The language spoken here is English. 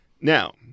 Now